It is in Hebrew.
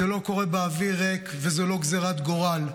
זה לא קורה באוויר ריק וזו לא גזרת גורל.